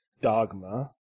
dogma